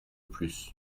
plus